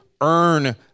earn